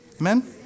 Amen